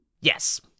Yes